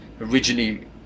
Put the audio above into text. originally